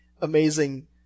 amazing